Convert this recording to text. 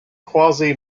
quasi